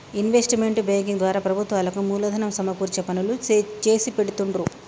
investment banking ద్వారా ప్రభుత్వాలకు మూలధనం సమకూర్చే పనులు చేసిపెడుతుండ్రు